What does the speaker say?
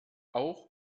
auch